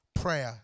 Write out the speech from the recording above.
Prayer